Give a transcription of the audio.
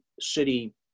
city